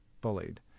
bullied